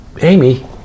Amy